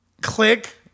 Click